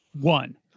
One